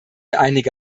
einige